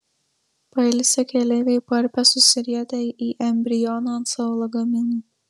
pailsę keleiviai parpia susirietę į embrioną ant savo lagaminų